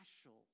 special